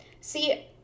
See